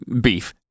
beef